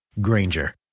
Granger